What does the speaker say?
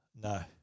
No